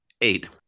eight